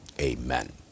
Amen